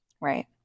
Right